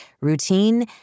routine